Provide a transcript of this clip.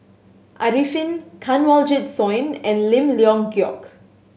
Arifin Kanwaljit Soin and Lim Leong Geok